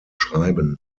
schreiben